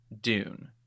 Dune